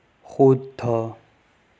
শুদ্ধ